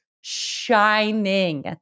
shining